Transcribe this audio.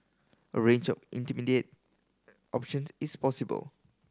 a range of intermediate options is possible